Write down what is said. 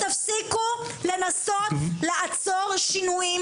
תפסיקו לנסות לעצור שינויים.